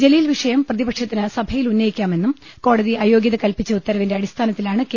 ജലീൽ വിഷയം പ്രതിപക്ഷത്തിന് സഭയിൽ ഉന്നയിക്കാ മെന്നും കോടതി അയോഗൃത കല്പിച്ച ഉത്തരവിന്റെ അടിസ്ഥാനത്തിലാണ് കെ